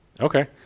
Okay